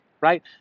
Right